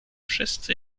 wszyscy